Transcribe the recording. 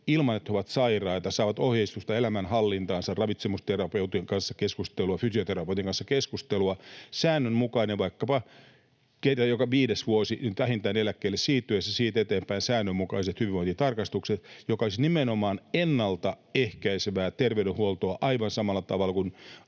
ilman, että he ovat sairaita — saada ohjeistusta elämänhallintaansa, ravitsemusterapeutin kanssa keskustelua, fysioterapeutin kanssa keskustelua? Se tapahtuisi säännönmukaisesti, vaikkapa joka viides vuosi, vähintään eläkkeelle siirryttäessä, ja siitä eteenpäin säännönmukaiset hyvinvointitarkastukset, jotka olisivat nimenomaan ennalta ehkäisevää terveydenhuoltoa, aivan samalla tavalla kuin